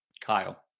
Kyle